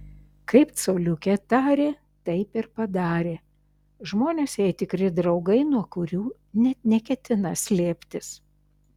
kaip coliukė tarė taip ir padarė žmonės jai tikri draugai nuo kurių net neketina slėptis